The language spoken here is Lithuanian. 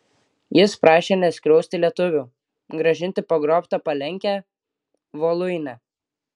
jis prašė neskriausti lietuvių grąžinti pagrobtą palenkę voluinę